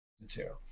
material